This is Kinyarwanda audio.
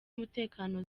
umutekano